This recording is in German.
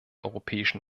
europäischen